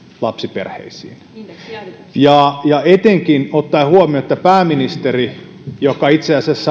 lapsiperheisiin etenkin on otettava huomioon että pääministeri joka itse asiassa